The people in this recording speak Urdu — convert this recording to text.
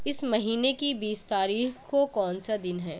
اس مہینے کی بیس تاریخ کو کونسا دن ہے